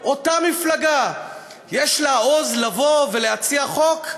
אותה מפלגה, יש לה עוז לבוא ולהציע חוק?